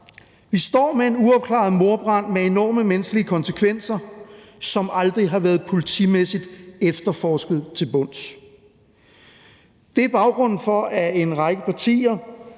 Vi står med en uopklaret mordbrand med enorme menneskelige konsekvenser, som aldrig har været politimæssigt efterforsket til bunds. Det er baggrunden for, at en række partier